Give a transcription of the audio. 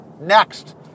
Next